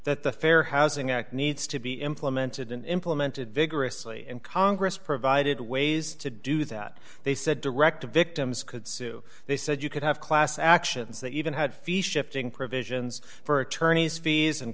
that the fair housing act needs to be implemented and implemented vigorously and congress provided ways to do that they said direct to victims could sue they said you could have class actions that even had fee shifting provisions for attorneys fees and